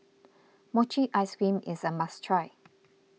Mochi Ice Cream is a must try